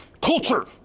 culture